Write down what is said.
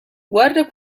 guarda